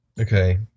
okay